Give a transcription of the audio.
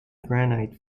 granite